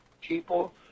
people